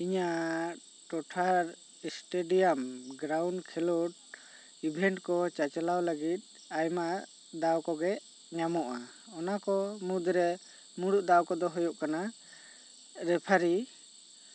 ᱤᱧᱟ ᱜ ᱴᱚᱴᱷᱟ ᱮᱥᱴᱮᱰᱤᱭᱟᱢ ᱜᱨᱟᱣᱩᱱ ᱠᱷᱮᱞᱚᱰ ᱤᱵᱷᱮᱱᱴ ᱠᱚ ᱪᱟᱪᱞᱟᱣ ᱞᱟᱹᱜᱤᱫ ᱟᱭᱢᱟ ᱫᱟᱣ ᱠᱚᱜᱮ ᱧᱟᱢᱚᱜᱼᱟ ᱚᱱᱟ ᱠᱚ ᱢᱩᱫᱽᱨᱮ ᱢᱩᱬᱩᱛ ᱫᱟᱣ ᱠᱚᱫᱚ ᱦᱩᱭᱩᱜ ᱠᱟᱱᱟ ᱨᱮᱯᱷᱟᱨᱤ